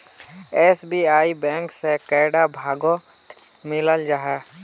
SBI bank से कैडा भागोत मिलोहो जाहा?